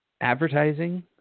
advertising